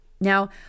Now